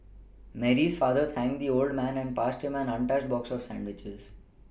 Mary's father thanked the old man and passed him an untouched box of sandwiches